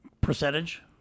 Percentage